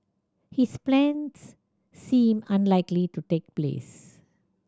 his plans seem unlikely to take place